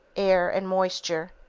air and moisture.